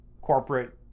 corporate